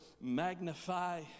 magnify